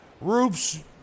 roofs